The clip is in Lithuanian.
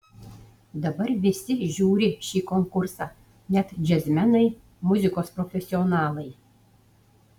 dabar visi žiūri šį konkursą net džiazmenai muzikos profesionalai